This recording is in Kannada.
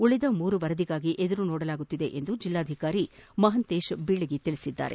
ಉಳಿದ ಮೂರು ವರದಿಗಾಗಿ ಕಾಯಲಾಗುತ್ತಿದೆ ಎಂದು ಜಿಲ್ಲಾಧಿಕಾರಿ ಮಹಂತೇಶ್ ಬೆಳಗಿ ಹೇಳಿದ್ದಾರೆ